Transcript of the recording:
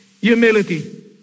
humility